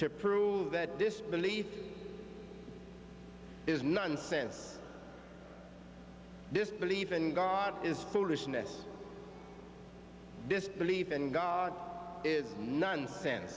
to prove that this belief is nonsense this belief in god is foolishness this belief in god is nonsense